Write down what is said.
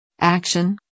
Action